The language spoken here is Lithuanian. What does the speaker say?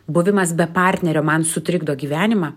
buvimas be partnerio man sutrikdo gyvenimą